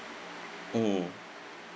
mm